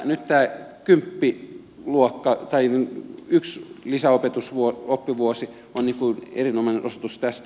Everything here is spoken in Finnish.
nyt tämä kymppiluokka tai yksi lisäoppivuosi on erinomainen osoitus tästä